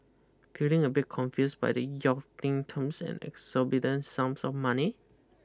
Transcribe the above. feeling a bit confuse by the yachting terms and exorbitant sums of money